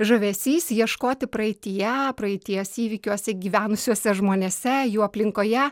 žavesys ieškoti praeityje praeities įvykiuose gyvenusiuose žmonėse jų aplinkoje